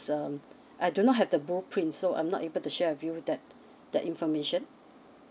so um I do not have the blueprint so I'm not able to share with you that the information